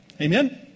Amen